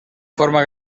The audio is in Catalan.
forma